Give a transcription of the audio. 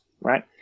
Right